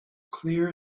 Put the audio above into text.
clear